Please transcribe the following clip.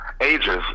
ages